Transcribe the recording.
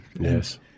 Yes